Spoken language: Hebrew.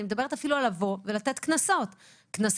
אני מדברת אפילו על לבוא ולתת קנסות מיידיים.